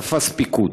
תפס פיקוד.